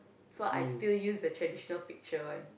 so I still used the traditional picture one